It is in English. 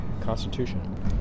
Constitution